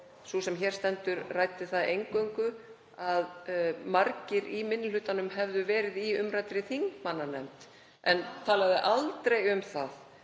Sú sem hér stendur ræddi það eingöngu að margir í minni hlutanum hefðu verið í umræddri þingmannanefnd, en talaði aldrei um að